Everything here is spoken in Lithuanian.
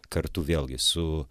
kartu vėlgi su